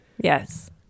Yes